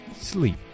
Sleep